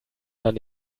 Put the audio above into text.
man